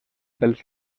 pels